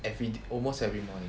everyda~ almost every morning